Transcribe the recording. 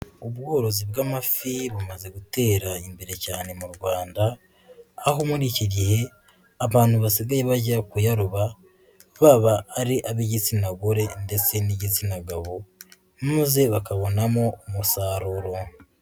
Ubworozi bw'amafi bumaze gutera imbere cyane mu Rwanda, aho muri iki gihe abantu basigaye bajya kuyaroba baba ari ab'igitsina gore ndetse n'igitsina gabo, maze bakabonamo umusaruro.